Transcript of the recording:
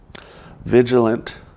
Vigilant